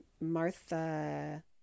Martha